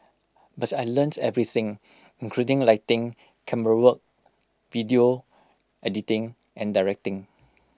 but I learnt everything including lighting camerawork video editing and directing